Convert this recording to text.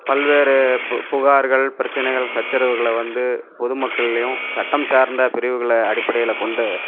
பல்வேறு பு புகார்கள் பிரச்சினைகள் சச்சரவுகளை வந்து பொதுமக்கள்லேயும் சட்டம் சார்ந்த பிரிவுகளை அடிப்படையில் கொண்டு